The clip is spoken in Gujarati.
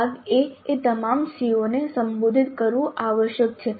ભાગ A એ તમામ CO ને સંબોધિત કરવું આવશ્યક છે